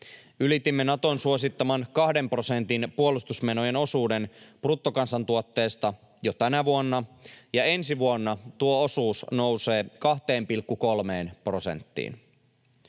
Ylitimme Naton suosittaman 2 prosentin puolustusmenojen osuuden bruttokansantuotteesta jo tänä vuonna, ja ensi vuonna tuo osuus nousee 2,3 prosenttiin.